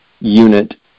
unit